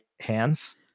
hands